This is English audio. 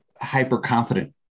hyper-confident